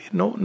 no